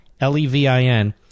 L-E-V-I-N